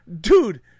dude